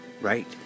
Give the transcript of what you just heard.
right